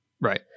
right